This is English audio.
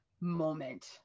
moment